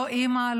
לא אימא,